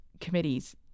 committees